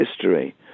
history